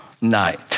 night